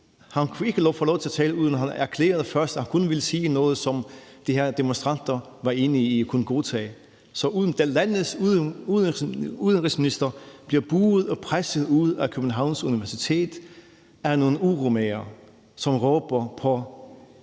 han kunne ikke få lov til at tale, uden at han først erklærede, at han kun ville sige noget, som de her demonstranter var enige i og kunne godtage. Så landets udenrigsminister bliver buhet ud og presset ud af Københavns Universitet af nogle uromagere, som råber på